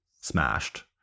smashed